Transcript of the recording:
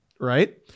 Right